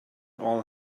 all